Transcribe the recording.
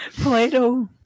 Play-Doh